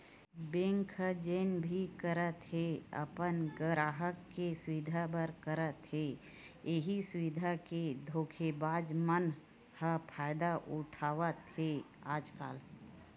bank ह जेन भी करत हे अपन गराहक के सुबिधा बर करत हे, इहीं सुबिधा के धोखेबाज मन ह फायदा उठावत हे आजकल